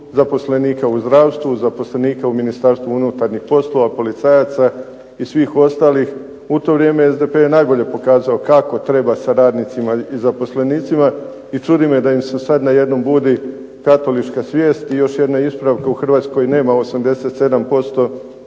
zaposlenika u zdravstvu, zaposlenika u Ministarstvu unutarnjih poslova, policajaca i svih ostalih. U to vrijeme SDP je najbolje pokazao kako treba sa radnicima i zaposlenicima i čudi me da im se sad najednom budi katolička svijest. I još jedna ispravka, u Hrvatskoj nema 87%